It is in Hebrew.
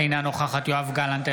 אינה נוכחת יואב גלנט,